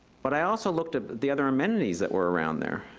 but i also looked at the other amenities that were around there.